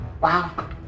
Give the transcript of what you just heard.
Wow